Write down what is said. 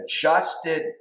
adjusted